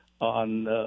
on